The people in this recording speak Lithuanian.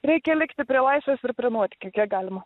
reikia likti prie laisvės ir prie nuotykių kiek galima